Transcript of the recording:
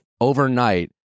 overnight